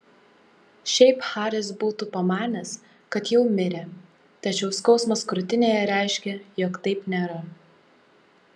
šiaip haris būtų pamanęs kad jau mirė tačiau skausmas krūtinėje reiškė jog taip nėra